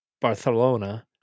Barcelona